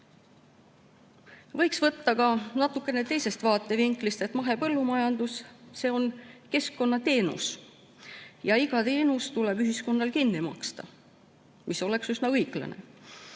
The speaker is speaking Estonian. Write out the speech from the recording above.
Võiks võtta ka natukene teisest vaatevinklist, et mahepõllumajandus on keskkonnateenus ja iga teenus tuleb ühiskonnal kinni maksta. See oleks üsna õiglane.